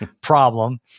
problem